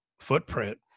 footprint